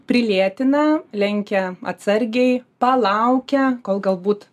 priliėtina lenkia atsargiai palaukia kol galbūt